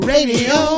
Radio